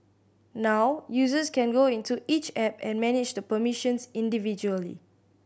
now users can go into each app and manage the permissions individually